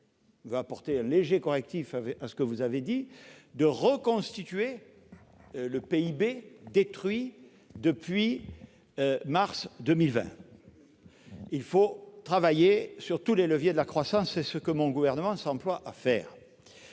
je veux apporter un léger correctif à ce que vous avez dit -de reconstituer le PIB détruit depuis le mois de mars 2020. Il faut travailler sur tous les leviers de la croissance ; c'est ce que mon gouvernement s'emploie à faire.